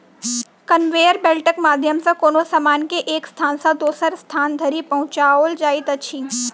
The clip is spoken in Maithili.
कन्वेयर बेल्टक माध्यम सॅ कोनो सामान के एक स्थान सॅ दोसर स्थान धरि पहुँचाओल जाइत अछि